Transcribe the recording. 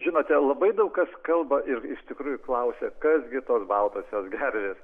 žinote labai daug kas kalba ir iš tikrųjų klausia kas gi tos baltosios gervės